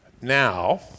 Now